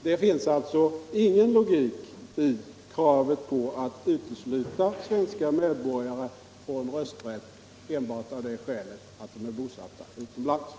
Det finns alltså ingen logik i kravet att utesluta svenska medborgare från rösträtt enbart av det skälet att de är bosatta utomlands.